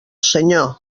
senyor